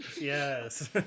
Yes